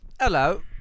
Hello